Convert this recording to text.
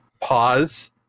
pause